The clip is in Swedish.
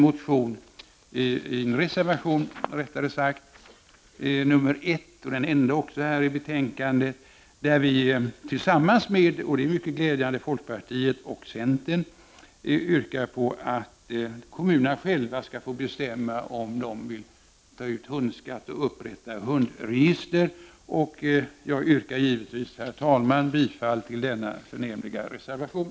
Moderaterna har därför i en reservation tillsammans med folkpartiet och centern yrkat på att kommunerna själva skall få bestämma, om de vill ta ut hundskatt och upprätta hundregister. Jag yrkar, herr talman, bifall till denna förnämliga reservation.